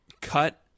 cut